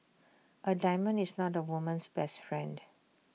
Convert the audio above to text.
A diamond is not A woman's best friend